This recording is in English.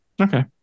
Okay